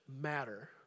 matter